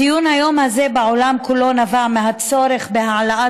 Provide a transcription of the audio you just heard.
ציון היום הזה בעולם כולו נבע מהצורך בהעלאת